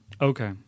Okay